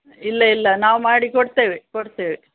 ಇಲ್ಲ ಇಲ್ಲ ನಾವು ಮಾಡಿ ಕೊಡ್ತೇವೆ ಕೊಡ್ತೇವೆ